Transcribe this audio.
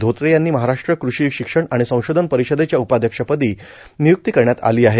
धोत्रे यांची महाराष्ट्र कृषी शिक्षण आणि संशोधन परिषदेच्या उपाध्यक्ष पदी नियुक्ती करण्यात आली आहे